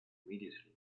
immediately